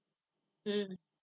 mm